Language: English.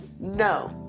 No